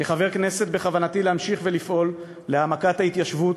כחבר הכנסת בכוונתי להמשיך ולפעול להעמקת ההתיישבות,